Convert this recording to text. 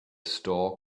store